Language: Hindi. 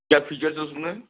क्या फीचर्स हैं उसमें